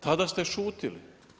Tada ste šutjeli.